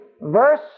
verse